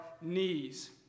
knees